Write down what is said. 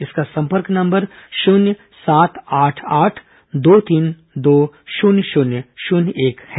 इसका संपर्क नंबर शून्य सात आठ आठ दो तीन दो शून्य शून्य शून्य एक है